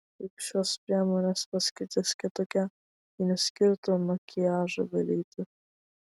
juk šios priemonės paskirtis kitokia ji neskirta makiažui valyti